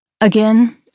Again